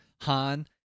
han